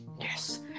yes